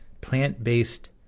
Plant-based